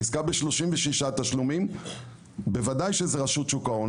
בעסקה ב-36 תשלומים בוודאי שזה רשות שוק ההון.